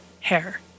hair